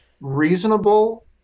reasonable